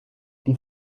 die